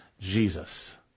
Jesus